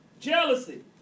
jealousy